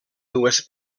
dues